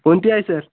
कोणती आहे सर